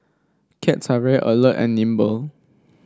cats are very alert and nimble